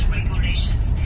regulations